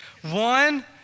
One